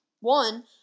One